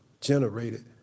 generated